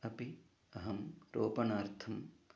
अपि अहं रोपणार्थम्